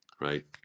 right